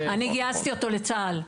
אני גייסתי אותו לצה"ל.